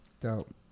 dope